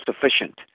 sufficient